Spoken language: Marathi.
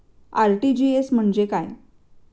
आर.टी.जी.एस म्हणजे काय?